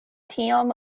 tiam